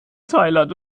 thailand